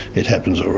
it happens, all